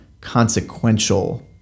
consequential